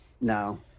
No